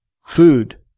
food